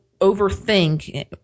overthink